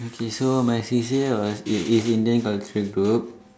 okay so my C_C_A was is is Indian cultural group